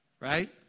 Right